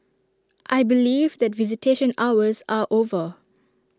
I believe that visitation hours are over